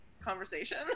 conversation